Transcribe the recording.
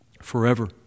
forever